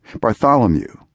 Bartholomew